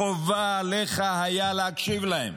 חובה הייתה עליך להקשיב להם,